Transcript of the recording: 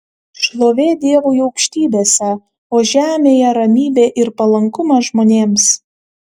šlovė dievui aukštybėse o žemėje ramybė ir palankumas žmonėms